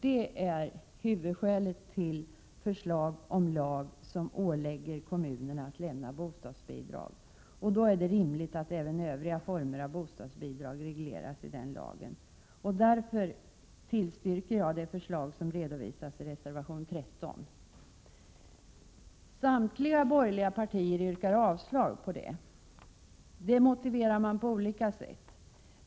Det är huvudskälet till den föreslagna lagen, som ålägger kommunerna att bevilja bostadsbidrag. Då är det rimligt att även övriga former av bostadsbidrag regleras i denna lag. Jag tillstyrker därför det förslag som redovisas i reservation 13. Samtliga borgerliga partier yrkar avslag på regeringens förslag. Det motiverar man på olika sätt.